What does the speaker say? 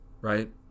right